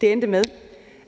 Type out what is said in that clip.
Det endte med,